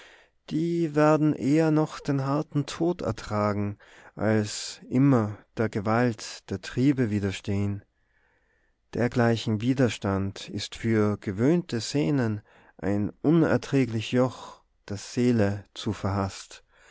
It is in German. die werden eher noch den harten tod ertragen als immer der gewalt der triebe widerstehn dergleichen widerstand ist für gewöhnte sänen ein unerträglich joch der seele zu verhasst